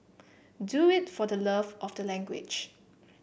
do it for the love of the language